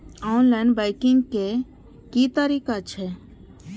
Online banking के की तरीका छै?